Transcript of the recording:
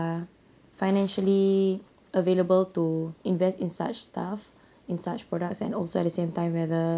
financially available to invest in such stuff in such products and also at the same time whether